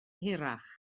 hirach